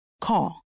Call